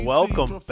Welcome